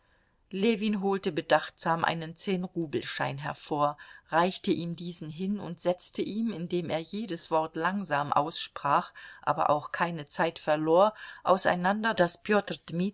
ljewin holte bedachtsam einen zehnrubelschein hervor reichte ihm diesen hin und setzte ihm indem er jedes wort langsam aussprach aber auch keine zeit verlor auseinander daß